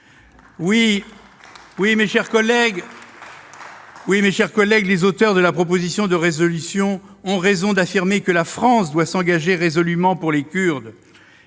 Oui, mes chers collègues, les auteurs de la proposition de résolution ont raison d'affirmer que la France doit s'engager résolument pour les Kurdes.